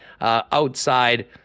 outside